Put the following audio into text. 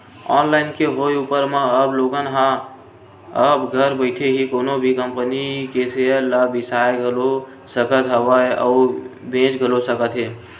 online के होय ऊपर म अब लोगन ह अब घर बइठे ही कोनो भी कंपनी के सेयर ल बिसा घलो सकत हवय अउ बेंच घलो सकत हे